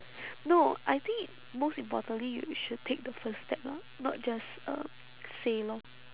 no I think most importantly you should take the first step lah not just um say lor